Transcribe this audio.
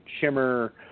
Shimmer